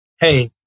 hey